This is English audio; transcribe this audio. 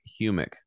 humic